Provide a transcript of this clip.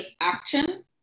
action